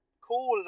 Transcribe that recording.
cool